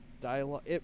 dialogue